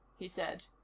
he said.